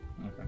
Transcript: Okay